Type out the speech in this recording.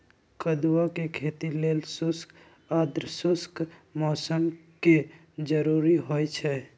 कदुआ के खेती लेल शुष्क आद्रशुष्क मौसम कें जरूरी होइ छै